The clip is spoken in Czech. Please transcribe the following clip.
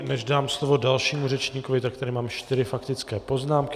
Než dám slovo dalšímu řečníkovi, tak tady mám čtyři faktické poznámky.